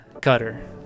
Cutter